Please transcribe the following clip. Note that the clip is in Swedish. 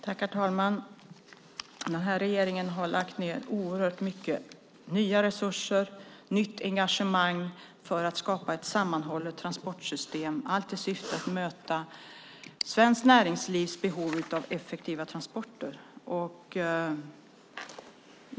Herr talman! Den här regeringen har lagt ned oerhört mycket nya resurser och engagemang för att skapa ett sammanhållet transportsystem för att möta svenskt näringslivs behov av effektiva transporter.